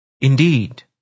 Indeed